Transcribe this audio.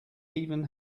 even